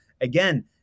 again